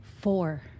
Four